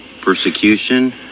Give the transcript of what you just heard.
persecution